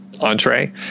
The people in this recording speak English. entree